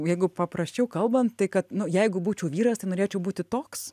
jeigu paprasčiau kalbant tai kad nu jeigu būčiau vyras tai norėčiau būti toks